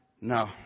No